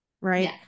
right